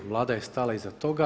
Vlada je stala iza toga.